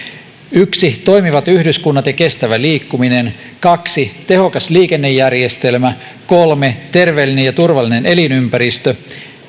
yksi toimivat yhdyskunnat ja kestävä liikkuminen kaksi tehokas liikennejärjestelmä kolme terveellinen ja turvallinen elinympäristö